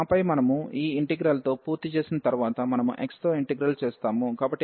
ఆపై మనము ఈ ఇంటిగ్రల్ తో పూర్తి చేసిన తర్వాత మనము x తో ఇంటిగ్రల్ చేస్తాము